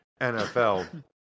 NFL